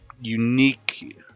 unique